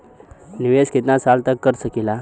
निवेश कितना साल तक कर सकीला?